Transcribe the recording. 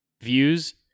views